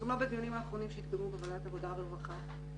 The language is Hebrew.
לדוגמה בדיונים האחרונים שהתקיימו בוועדת העבודה והרווחה.